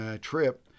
trip